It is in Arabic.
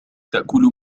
تأكل